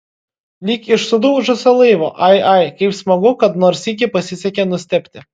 lyg iš sudužusio laivo ai ai kaip smagu kad nors sykį pasisekė nustebti